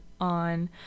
on